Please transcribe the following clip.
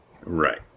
Right